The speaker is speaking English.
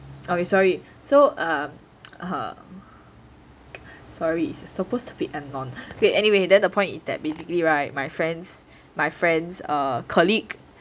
okay sorry so sorry supposed to be anon ok anyway then the point is that basically [right] my friends my friends err colleague